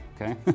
okay